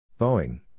Boeing